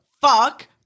Fuck